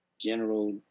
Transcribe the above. general